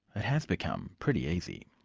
it has become pretty easy.